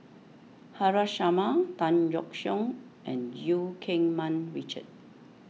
Haresh Sharma Tan Yeok Seong and Eu Keng Mun Richard